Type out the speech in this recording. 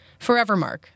Forevermark